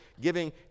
giving